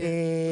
נכון.